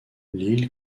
l’île